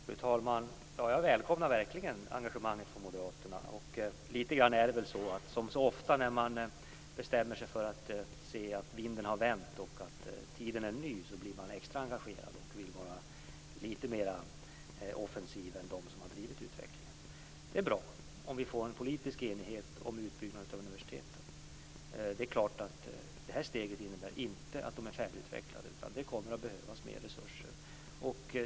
Fru talman! Jag välkomnar verkligen engagemanget från Moderaterna. Lite grand är det väl som så ofta när man bestämmer sig för att se att vinden har vänt och tiden är ny och då blir extra engagerad och vill vara lite mer offensiv än dem som har drivit utvecklingen. Det är bra om vi får en politisk enighet om utbyggnaden av universiteten. Det är klart att det steget inte innebär att de är färdigutvecklade. Det kommer att behövas mer resurser.